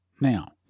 Now